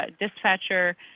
dispatcher